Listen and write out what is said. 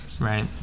Right